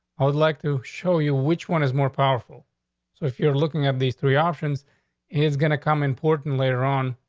i would like to show you which one is more powerful. so if you're looking at these three options is gonna come important later on,